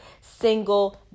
single